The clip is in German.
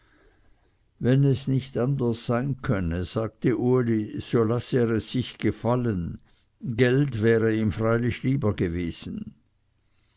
wenn es nicht anders sein könne sagte uli so lasse er es sich gefallen geld wäre ihm freilich lieber gewesen